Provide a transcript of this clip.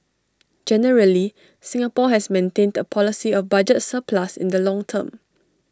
generally Singapore has maintained A policy of budget surplus in the long term